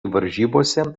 varžybose